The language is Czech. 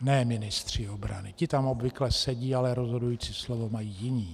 Ne ministři obrany, ti tam obvykle sedí, ale rozhodující slovo mají jiní.